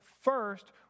first